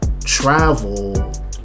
travel